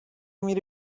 میری